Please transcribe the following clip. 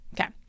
okay